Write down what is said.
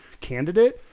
candidate